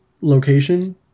location